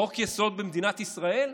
חוק-יסוד במדינת ישראל?